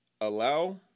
allow